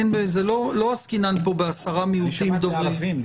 לא עסקינן פה בעשרה מיעוטים דוברי --- אני שמעתי ערבים.